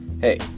hey